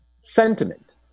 sentiment